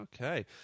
Okay